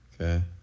Okay